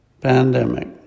pandemic